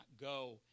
go